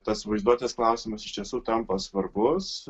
tas vaizduotės klausimas iš tiesų tampa svarbus